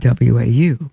WAU